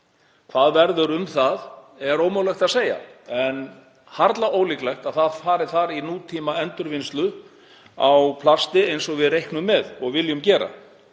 Hvað verður um það er ómögulegt að segja en það er harla ólíklegt að það fari þar í nútímaendurvinnslu á plasti, eins og við reiknum með og viljum að